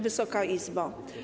Wysoka Izbo!